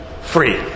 free